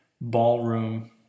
ballroom